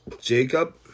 Jacob